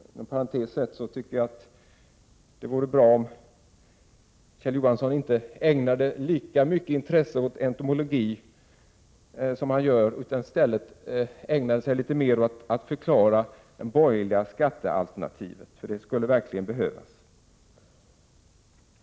Inom parentes sagt tycker jag att det vore bra om Kjell Johansson inte ägnade lika mycket intresse åt entomologi som han gör, utan i stället ägnade sig litet mer åt att förklara det borgerliga skattealternativet. Det skulle verkligen behövas.